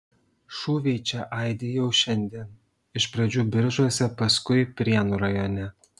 šūviai čia aidi jau šiandien iš pradžių biržuose paskui prienų rajone